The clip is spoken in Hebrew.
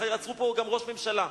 מחר יעצרו פה גם ראש ממשלה.